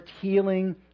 healing